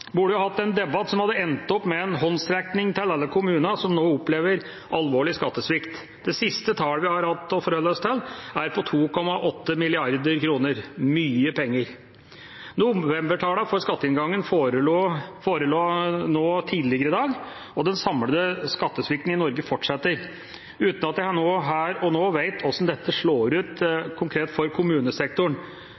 burde vi hatt en debatt som hadde endt med en håndsrekning til alle kommunene som nå opplever alvorlig skattesvikt. Det siste tallet vi har hatt å forholde oss til, er 2,8 mrd. kr. Det er mye penger. Novembertallene for skatteinngangen forelå tidligere i dag, og den samlede skattesvikten fortsetter, uten at jeg her og nå vet hvordan dette konkret slår ut